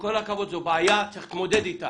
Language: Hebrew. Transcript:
זו בעיה, צריך להתמודד איתה.